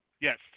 Yes